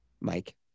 Mike